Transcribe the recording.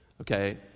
Okay